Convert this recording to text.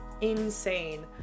insane